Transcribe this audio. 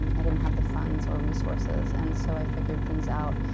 i didn't have the funds or resources and so i figured things out.